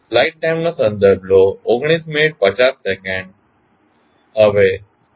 હવે gear train વિશે વાત કરીએ